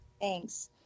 Thanks